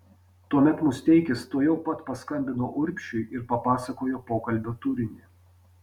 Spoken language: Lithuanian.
tuomet musteikis tuojau pat paskambino urbšiui ir papasakojo pokalbio turinį